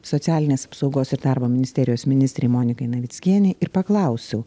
socialinės apsaugos ir darbo ministerijos ministrei monikai navickienei ir paklausiau